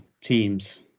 teams